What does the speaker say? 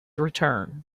return